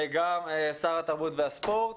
וגם שר החינוך התרבות והספורט,